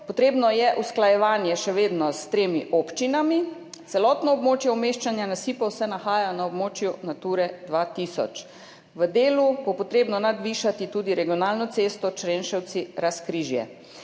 potrebno usklajevanje s tremi občinami, celotno območje umeščanja nasipov se nahaja na območju Nature 2000. V delu bo treba nadvišati tudi regionalno cesto Črenšovci–Razkrižje.